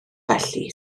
felly